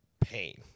pain